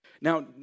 Now